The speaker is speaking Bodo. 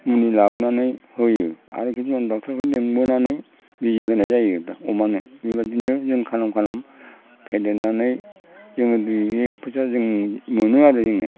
मुलि लाबोनानै होयो आरो खिसुमान डक्ट'रखौनो लिंबोनानै बिजि होनाय जायो अमानो बेबायदिनो जों खालाम खालाम फेदेरनानै जोङो दुइ एक फैसा जों मोनो आरो जोङो